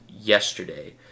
yesterday